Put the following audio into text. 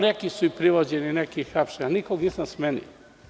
Neki su i privođeni, neki hapšeni, ali nikog nisam smenio.